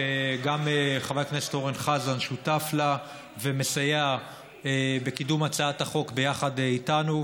שגם חבר הכנסת אורן חזן שותף לה ומסייע בקידום הצעת החוק ביחד איתנו.